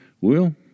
Well